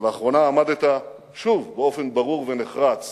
לאחרונה עמדת שוב באופן ברור ונחרץ